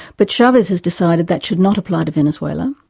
but chavez has decided that should not apply to venezuela.